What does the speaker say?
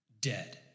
Dead